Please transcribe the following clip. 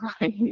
right